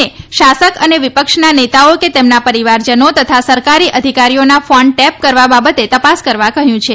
ને શાસક અને વિપક્ષના નેતાઓ કે તેમના પરિવારજનો તથા સરકારી અધિકારીઓના ફોન ટેપ કરવા બાબતે તપાસ કરવા કહ્યું છે